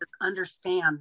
understand